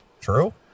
True